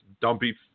dumpy